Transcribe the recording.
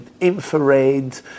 infrared